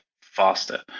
faster